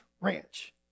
ranch